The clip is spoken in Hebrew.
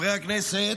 חברי הכנסת.